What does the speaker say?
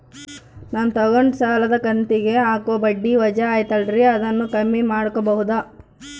ನಾನು ತಗೊಂಡ ಸಾಲದ ಕಂತಿಗೆ ಹಾಕೋ ಬಡ್ಡಿ ವಜಾ ಐತಲ್ರಿ ಅದನ್ನ ಕಮ್ಮಿ ಮಾಡಕೋಬಹುದಾ?